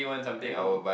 I know